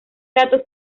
datos